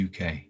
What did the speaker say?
UK